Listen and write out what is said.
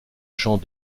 champs